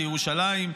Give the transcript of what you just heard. לירושלים,